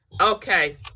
Okay